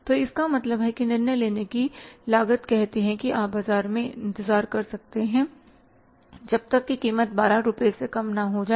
तो इसका मतलब है निर्णय लेने की लागत कहते हैं कि आप बाजार में इंतजार कर सकते हैं जब तक कि कीमत 12 रुपये से कम न हो जाए